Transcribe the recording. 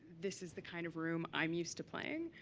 this is the kind of room i'm used to playing.